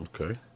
Okay